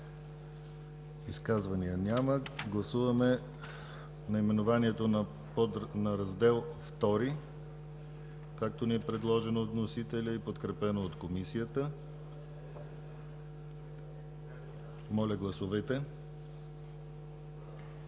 Изказвания? Няма. Гласуваме наименованието на Раздел ІІ, както ни е предложено от вносителя и подкрепено от Комисията. Гласували